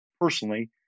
personally